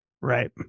right